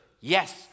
yes